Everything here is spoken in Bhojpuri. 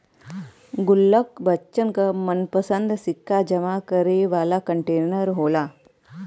गुल्लक बच्चन क मनपंसद सिक्का जमा करे वाला कंटेनर होला